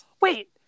wait